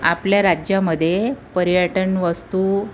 आपल्या राज्यामध्ये पर्यटन वास्तू